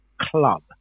club